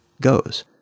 goes